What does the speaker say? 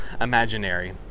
imaginary